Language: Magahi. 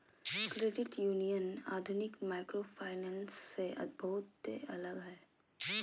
क्रेडिट यूनियन आधुनिक माइक्रोफाइनेंस से बहुते अलग हय